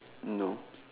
no